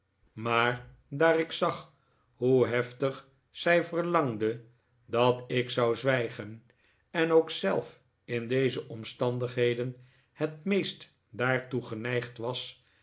maar daar ik zag hoe heftig zij verlangde dat ik zou zwijgen en ook zelf in deze omstandigheden het meest daartoe geneigd was